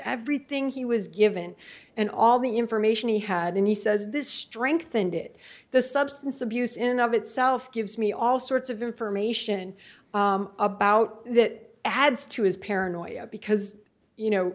everything he was given and all the information he had and he says this strengthened it the substance abuse in of itself gives me all sorts of information about that adds to his paranoia because you know